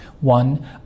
One